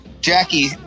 Jackie